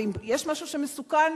ואם יש משהו שמסוכן,